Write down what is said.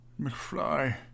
McFly